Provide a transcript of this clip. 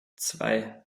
zwei